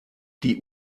die